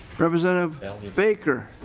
representative baker